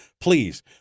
Please